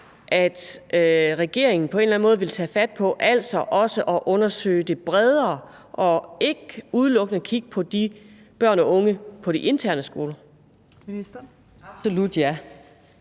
at regeringen på en eller anden måde vil tage fat på, altså også at undersøge det bredere og ikke udelukkende kigge på de børn og unge på de interne skoler?